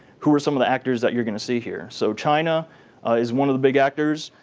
who are some of the actors that you're going to see here? so china is one of the big actors.